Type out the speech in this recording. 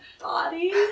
body